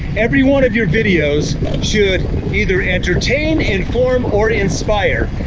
every one of your videos should either entertain, inform or inspire.